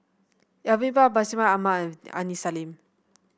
Alvin Pang Bashir Ahmad Mallal Aini Salim